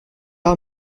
pas